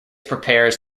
prepares